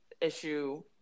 issue